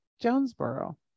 Jonesboro